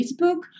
Facebook